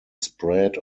spread